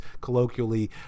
colloquially